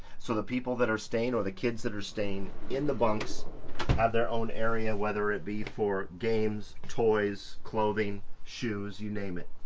so the people that are staying or the kids that are staying in the bunks have their own area, whether it be for games, toys, clothing, shoes, you name it,